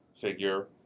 figure